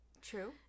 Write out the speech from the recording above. true